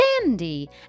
Dandy